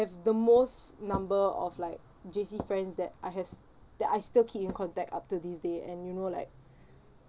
the most number of like J_C friends that I have that I still keep in contact up till this day and you know like